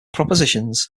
propositions